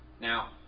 Now